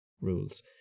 rules